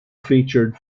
featured